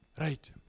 Right